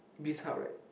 Bizhub right